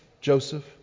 Joseph